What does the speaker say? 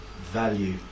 value